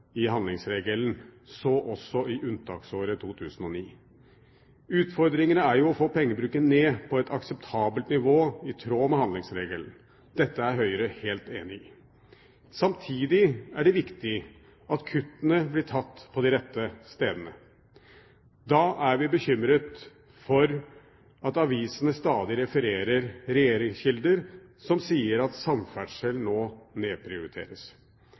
i handlingsregelen, så også i unntaksåret 2009. Utfordringen er jo å få pengebruken ned på et akseptabelt nivå i tråd med handlingsregelen. Dette er Høyre helt enig i. Samtidig er det viktig at kuttene blir tatt på de rette stedene. Da er vi bekymret for at avisene stadig refererer regjeringskilder som sier at samferdsel nå må nedprioriteres.